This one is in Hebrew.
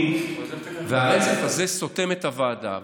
והעסק הזה סותם את הוועדה.